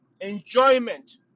enjoyment